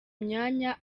myanya